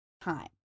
time